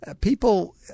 people